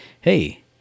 Hey